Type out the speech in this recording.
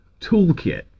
toolkit